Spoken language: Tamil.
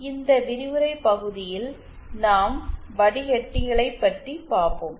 எனவே இந்த விரிவுரை பகுதியில் நாம் வடிக்கட்டிகளை பற்றி பார்ப்போம்